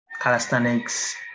calisthenics